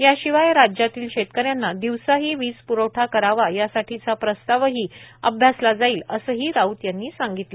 याशिवाय राज्यातल्या शेतकऱ्यांना दिवसाही वीज प्रवठा करावा यासाठीचा प्रस्तावही अभ्यासला जाईल असंही राऊत यांनी सांगितलं